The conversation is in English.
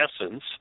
essence